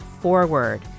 Forward